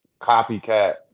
copycat